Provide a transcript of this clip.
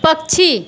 पक्षी